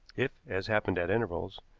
if, as happened at intervals,